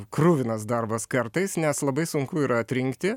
kruvinas darbas kartais nes labai sunku yra atrinkti